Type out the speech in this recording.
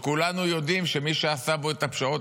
כשכולנו יודעים שמי שעשה בו את הפשרות